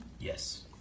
Yes